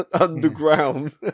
underground